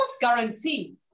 guaranteed